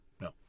no